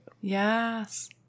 Yes